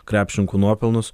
krepšininkų nuopelnus